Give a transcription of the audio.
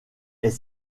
est